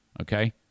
Okay